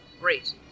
Great